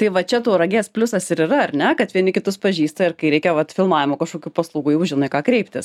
tai va čia tauragės pliusas ir yra ar ne kad vieni kitus pažįsta ir kai reikia vat filmavimo kažkokių paslaugų jau žino į ką kreiptis